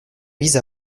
bise